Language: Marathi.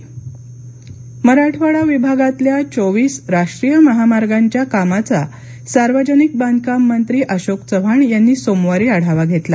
राष्ट्रीय महामार्ग आढावा मराठावाडा विभागातल्या चोवीस राष्ट्रीय महामार्गांच्या कामाचा सार्वजनिक बांधकाम मंत्री अशोक चव्हाण यांनी सोमवारी आढावा घेतला